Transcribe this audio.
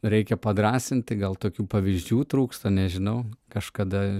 reikia padrąsint tai gal tokių pavyzdžių trūksta nežinau kažkada